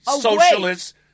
socialist